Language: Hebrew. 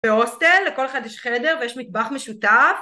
בהוסטל, לכל אחד יש חדר ויש מטבח משותף.